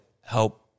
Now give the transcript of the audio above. help